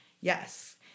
Yes